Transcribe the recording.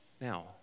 Now